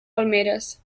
palmeres